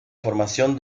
formación